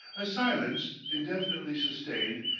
a silence, indefinitely sustained,